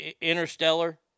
Interstellar